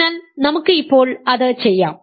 അതിനാൽ നമുക്ക് ഇപ്പോൾ അത് ചെയ്യാം